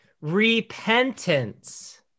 repentance